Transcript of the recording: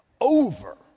over